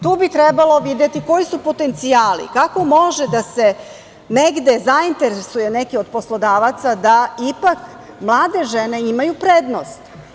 Tu bi trebalo videti koji su potencijali, kako može da se negde zainteresuje neki od poslodavaca da ipak mlade žene imaju prednost.